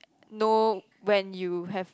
no when you have